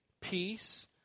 peace